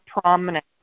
prominent